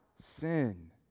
sin